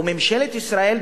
וממשלת ישראל,